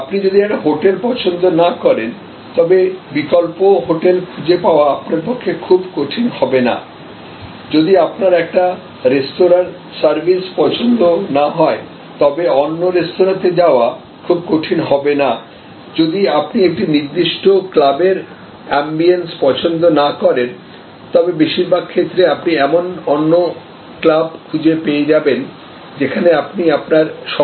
আপনি যদি একটি হোটেল পছন্দ না করেন তবে বিকল্প হোটেল খুঁজে পাওয়া আপনার পক্ষে খুব কঠিন হবে না যদি আপনার একটি রেস্তোঁরার সার্ভিস পছন্দ না হয় তবে অন্য রেস্তোঁরাতে যাওয়া খুব কঠিন হবে না যদি আপনি একটি নির্দিষ্ট ক্লাবের অ্যাম্বিয়েন্স পছন্দ না করেন তবে বেশিরভাগ ক্ষেত্রে আপনি এমন একটি অন্য ক্লাব খুঁজে পেয়ে যাবেন যেখানে আপনি আপনার সময় ব্যয় করতে চান